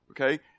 Okay